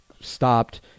stopped